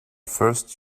first